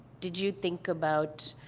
did you think about,